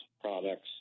products